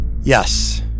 Yes